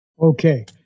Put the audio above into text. okay